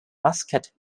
muscat